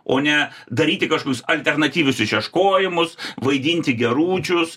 o ne daryti kažkokius alternatyvius išieškojimus vaidinti geručius